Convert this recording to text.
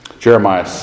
Jeremiah